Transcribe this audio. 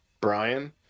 brian